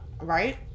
Right